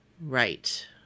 Right